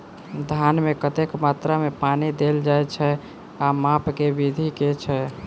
धान मे कतेक मात्रा मे पानि देल जाएँ छैय आ माप केँ विधि केँ छैय?